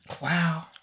Wow